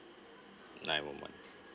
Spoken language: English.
nine one one